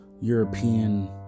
European